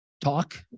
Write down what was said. talk